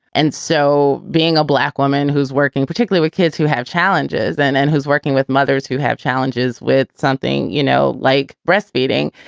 and so being a black woman who's working particularly with kids who have challenges then and who's working with mothers who have challenges with something, you know, like breastfeeding,